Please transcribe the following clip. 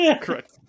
Correct